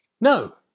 No